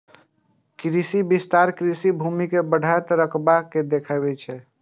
कृषि विस्तार कृषि भूमि के बढ़ैत रकबा के देखाबै छै